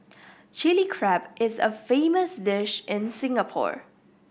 Chilli Crab is a famous dish in Singapore